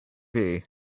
hiv